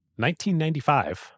1995